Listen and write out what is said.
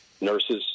nurses